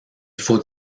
faut